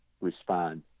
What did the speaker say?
respond